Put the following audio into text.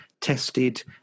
tested